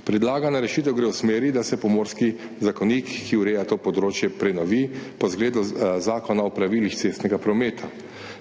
Predlagana rešitev gre v smer, da se Pomorski zakonik, ki ureja to področje, prenovi po zgledu Zakona o pravilih cestnega prometa.